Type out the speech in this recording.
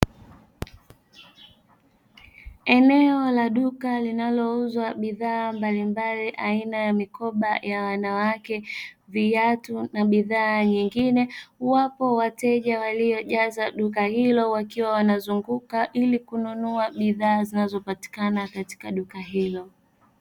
Eneo la duka linalouza bidhaa mbalimbali aina ya mikoba ya wanawake, viatu na bidhaa nyengine wapo wateja waliojaza duka hilo wakiwa wanazunguka ili kununua bidhaa zinazopatikana katika duka hilo.